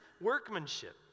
workmanship